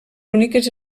úniques